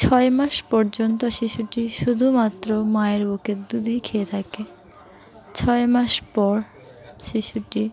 ছয় মাস পর্যন্ত শিশুটি শুধুমাত্র মায়ের বুকের দুধেই খেয়ে থাকে ছয় মাস পর শিশুটি